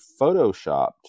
photoshopped